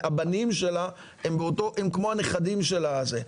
הבנים שלה, הם כמו הנכדים של הזה.